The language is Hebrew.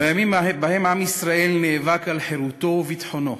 בימים שבהם עם ישראל נאבק על חירותו וביטחונו,